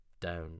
down